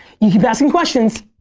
you keep asking questions,